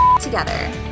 together